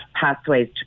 pathways